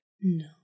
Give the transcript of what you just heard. No